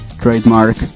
trademark